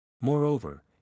Moreover